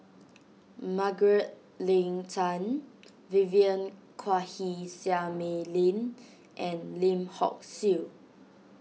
Margaret Leng Tan Vivien Quahe Seah Mei Lin and Lim Hock Siew